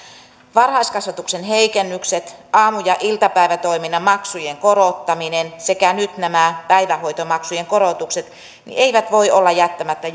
varhaiskasvatuksen heikennykset aamu ja iltapäivätoiminnan maksujen korottaminen sekä nyt nämä päivähoitomaksujen korotukset eivät voi olla jättämättä